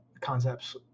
concepts